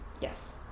Yes